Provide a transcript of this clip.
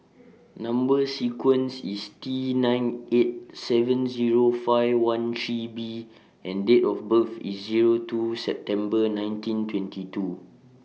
Number sequence IS T nine eight seven Zero five one three B and Date of birth IS Zero two September nineteen twenty two